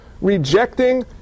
rejecting